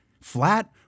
flat